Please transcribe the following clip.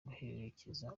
guherekeza